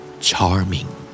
Charming